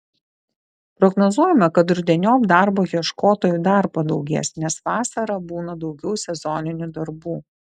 prognozuojama kad rudeniop darbo ieškotojų dar padaugės nes vasarą būna daugiau sezoninių darbų